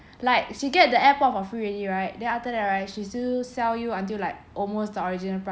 like she get the airpods for free already right then after that right she still sell you until like almost the original price